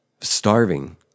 starving